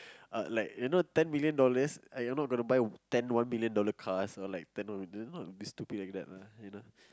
uh like you know ten million dollars uh you're not going to buy ten one million dollars cars or like ten one million not like stupid like that lah